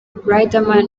riderman